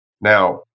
Now